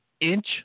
inch